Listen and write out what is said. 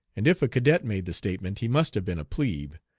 and if a cadet made the statement he must have been a plebe,